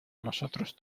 nosotros